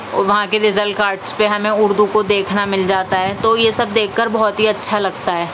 اور وہاں کے ریزلٹ کارڈس پہ ہمیں اردو کو دیکھنا مل جاتا ہے تو یہ سب دیکھ کر بہت ہی اچھا لگتا ہے